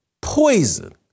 poison